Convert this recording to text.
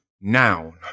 Noun